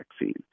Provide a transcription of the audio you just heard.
vaccine